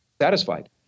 satisfied